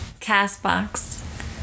Castbox